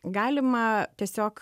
galima tiesiog